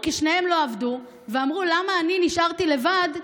כי שניהם לא עבדו, ואמרו: למה אני נשארתי לבד?